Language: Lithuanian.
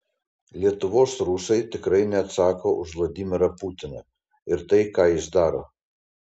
lietuvos rusai tikrai neatsako už vladimirą putiną ir tai ką jis daro